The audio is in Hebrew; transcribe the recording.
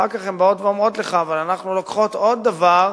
ואחר כך הן באות ואומרות לך: אבל אנחנו לוקחות עוד דבר,